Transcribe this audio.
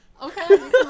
Okay